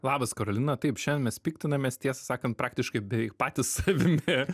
labas karolina taip šiandien mes piktinamės tiesą sakant praktiškai beveik patys savimi